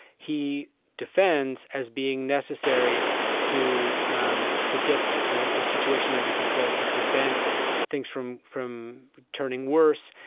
he defends as being necessary to um to get the the situation under control to prevent things from from turning worse.